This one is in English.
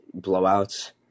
blowouts